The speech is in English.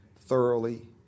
thoroughly